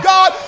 God